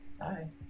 Hi